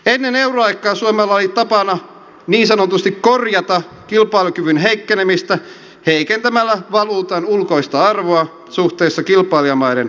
ennen euroaikaa suomella oli tapana niin sanotusti korjata kilpailukyvyn heikkenemistä heikentämällä valuutan ulkoista arvoa suhteessa kilpailijamaiden valuuttoihin